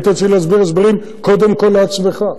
היית צריך להסביר הסברים קודם כול לעצמך.